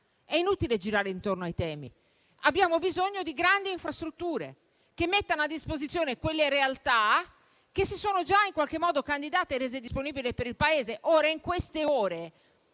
È inutile girare intorno ai temi: abbiamo bisogno di grandi infrastrutture che mettano a disposizione quelle realtà che si sono già in qualche modo candidate e rese disponibili per il Paese. In queste ore